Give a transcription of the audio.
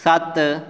ਸੱਤ